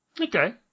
Okay